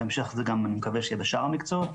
בהמשך אני מקווה שיהיה בשאר המקצועות,